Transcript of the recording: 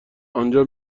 انجا